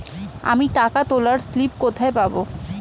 আমি টাকা তোলার স্লিপ কোথায় পাবো?